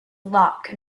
luck